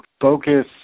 focus